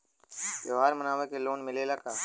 त्योहार मनावे के लोन मिलेला का?